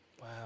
Wow